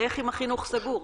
איך, אם החינוך סגור?